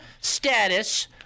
status